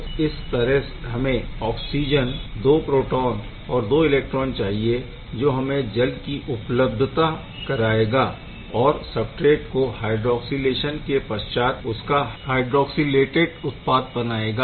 तो इस तरह हमें ऑक्सिजन 2 प्रोटोन और 2 इलेक्ट्रॉन चाहिए जो हमें जल की उपलब्धता कराएगा और सबस्ट्रेट को हाइड्राक्सीलेशन के पश्चात उसका हाइड्राक्सीलेटेड उत्पाद बनाएगा